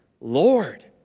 Lord